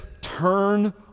turn